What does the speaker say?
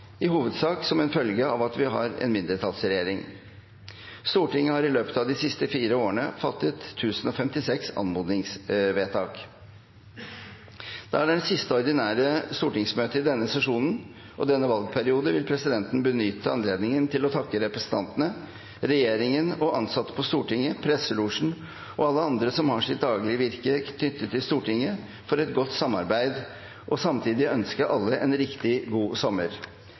i hovedsak som en følge av at vi har en mindretallsregjering. Stortinget har i løpet av de siste fire årene fattet 1 056 anmodningsvedtak. Da det er det siste ordinære stortingsmøtet i denne sesjonen og denne valgperioden, vil presidenten benytte anledningen til å takke representantene, regjeringen, ansatte på Stortinget, presselosjen og alle andre som har sitt daglige virke knyttet til Stortinget, for et godt samarbeid, og samtidig ønske alle en riktig god sommer.